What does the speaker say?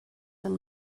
and